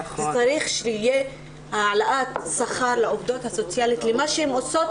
צריכה להיות עליית שכר לעובדות הסוציאליות עבור מה שהן עושות,